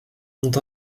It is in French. ont